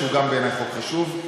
שהוא בעיני חוק חשוב.